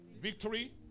Victory